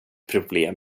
problem